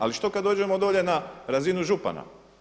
Ali što kada dođemo dolje na razinu župana?